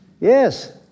Yes